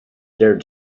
dared